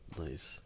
Nice